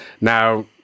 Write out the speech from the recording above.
now